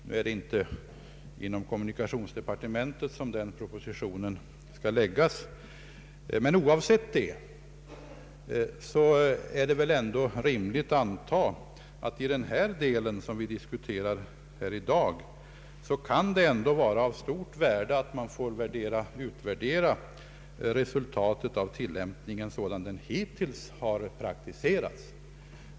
Det är emellertid inte inom kommunikationsdepartementet som den propositionen skall utarbetas, men oavsett det är det väl rimligt att anta att beträffande den delen av problemet som vi diskuterar i dag kan det vara av stort värde att man får utvärdera resultaten av den tillämpning man hittills praktiserat.